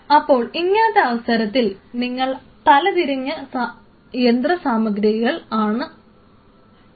അപ്പോൾ ഇങ്ങനത്തെ അവസരത്തിൽ നിങ്ങൾക്ക് തലതിരിഞ്ഞ യന്ത്രസാമഗ്രികൾ ആണ് ഉള്ളത്